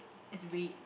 is red